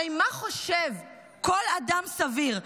הרי מה חושב כל אדם סביר,